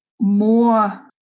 more